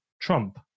Trump